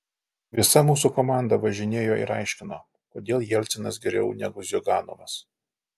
visa mūsų komanda važinėjo ir aiškino kodėl jelcinas geriau negu ziuganovas